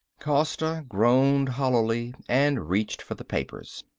costa groaned hollowly and reached for the papers.